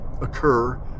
occur